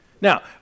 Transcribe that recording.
Now